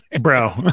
bro